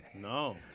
No